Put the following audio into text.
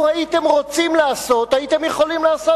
לו הייתם רוצים לעשות, הייתם יכולים לעשות.